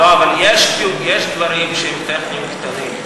לא, יש דברים שהם טכניים, קטנים.